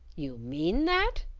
you mean that?